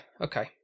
Okay